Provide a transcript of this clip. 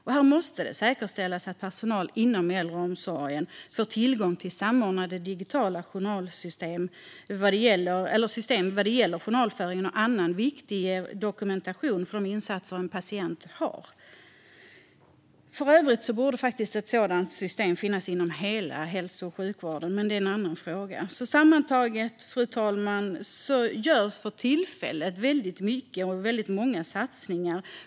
Här måste det säkerställas att personal inom äldreomsorgen får tillgång till samordnade digitala system vad gäller journalföring och annan viktig dokumentation för de insatser en patient har. Ett sådant system borde för övrigt finnas inom hela hälso och sjukvården, men det är en annan fråga. Sammantaget, fru talman, görs för tillfället väldigt mycket och väldigt många satsningar.